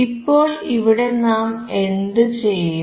ഇപ്പോൾ ഇവിടെ നാം എന്തുചെയ്യും